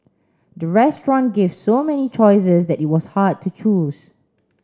the restaurant gave so many choices that it was hard to choose